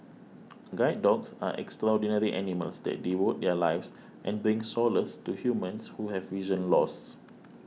guide dogs are extraordinary animals that devote their lives and bring solace to humans who have vision loss